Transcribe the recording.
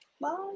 Bye